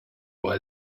why